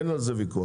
אין על זה ויכוח.